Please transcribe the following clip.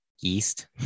yeast